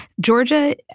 Georgia